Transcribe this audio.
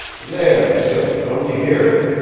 there, sir, don't you hear it?